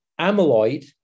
amyloid